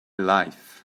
life